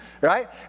Right